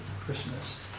Christmas